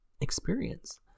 experience